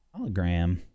hologram